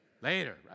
later